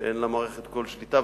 אין למערכת כל שליטה,